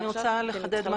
עוד דבר